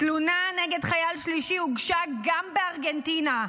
תלונה נגד חייל שלישי הוגשה גם בארגנטינה,